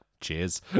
cheers